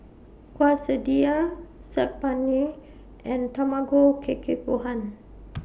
Quesadillas Saag Paneer and Tamago Kake Gohan